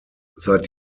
seit